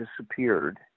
disappeared